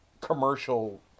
commercial